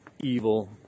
evil